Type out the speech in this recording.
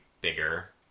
bigger